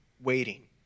waiting